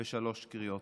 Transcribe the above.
בשלוש קריאות.